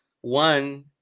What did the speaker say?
One